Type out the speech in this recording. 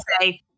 say